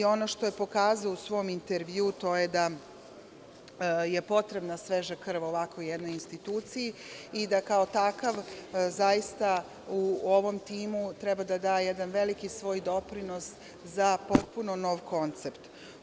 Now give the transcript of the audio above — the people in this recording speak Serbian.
Ono što je pokazao u samom intervjuu, to je da je potrebna sveža krv ovakvoj jednoj instituciji i da kao takav zaista u ovom timu treba da da jedan veliki svoj doprinos za potpuno nov koncept.